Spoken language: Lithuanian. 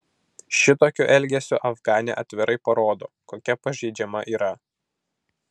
šitokiu elgesiu afganė atvirai parodo kokia pažeidžiama yra